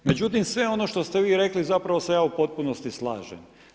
Međutim sve ono što ste vi rekli zapravo se ja u potpunosti slažem.